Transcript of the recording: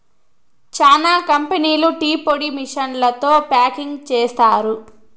చానా కంపెనీలు టీ పొడిని మిషన్లతో ప్యాకింగ్ చేస్తారు